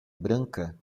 branca